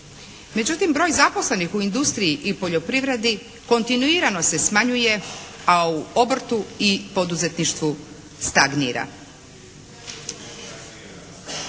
Međutim broj zaposlenih u industriji i poljoprivredi kontinuirano se smanjuje, a u obrtu i poduzetništvu stagnira.